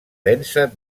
densa